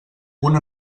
una